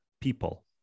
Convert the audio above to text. people